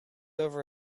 over